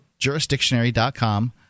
Jurisdictionary.com